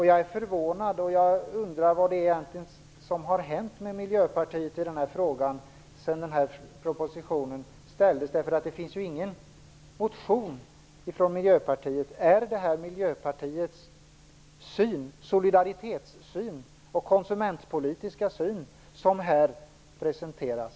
Jag är förvånad och undrar vad som egentligen har hänt med Miljöpartiet i den här frågan sedan propositionen avlämnades. Det finns ju ingen motion väckt av Miljöpartiet. Är det Miljöpartiets solidaritetssyn och konsumentpolitiska syn som här presenteras?